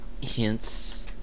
hints